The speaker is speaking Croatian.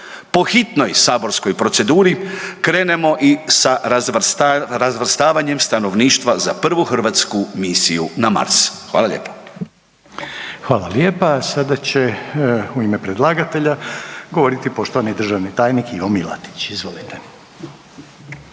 po hitnoj saborskoj proceduri krenemo i sa razvrstavanjem stanovništva za prvu hrvatsku misiju na Mars. Hvala lijepa. **Reiner, Željko (HDZ)** Hvala lijepa. Sada će u ime predlagatelja govoriti poštovani državni tajnik Ivo Milatić, izvolite.